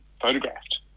photographed